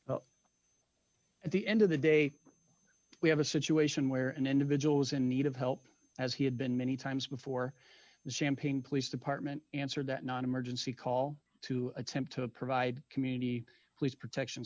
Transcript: apologize at the end of the day we have a situation where an individual is in need of help as he had been many times before the champagne police department answered that non emergency call to attempt to provide community police protection